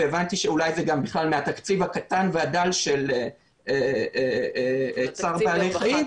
והבנתי שאולי זה גם בכלל מהתקציב הקטן והדל של צער בעלי חיים,